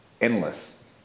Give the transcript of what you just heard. endless